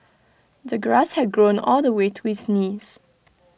the grass had grown all the way to his knees